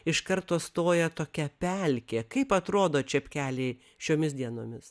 iš karto stoja tokia pelkė kaip atrodo čepkeliai šiomis dienomis